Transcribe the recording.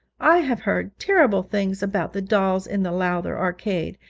i have heard terrible things about the dolls in the lowther arcade,